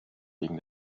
wegen